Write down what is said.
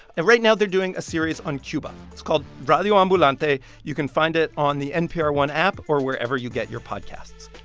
and right now they're doing a series on cuba. it's called radio ambulante. you can find it the npr one app or wherever you get your podcasts.